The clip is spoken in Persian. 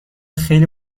خیلی